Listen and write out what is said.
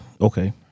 Okay